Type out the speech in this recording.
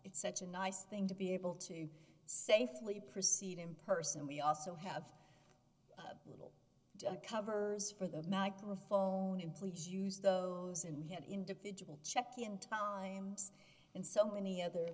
it's such a nice thing to be able to safely proceed in person we also have a covers for the microphone and please use those and we had individual check in times and so many other